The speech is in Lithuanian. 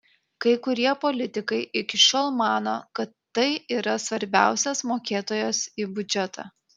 kai kurie politikai iki šiol mano kad tai yra svarbiausias mokėtojas į biudžetą